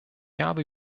habe